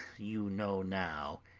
you know now,